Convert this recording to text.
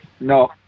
No